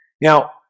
Now